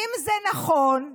איזה עיוות,